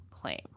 claim